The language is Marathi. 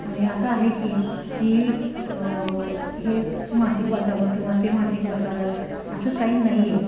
आणि असं आहे की की हे मासिक वाचावं किंवा ते मासिक वाचावं असं काही नाही आहे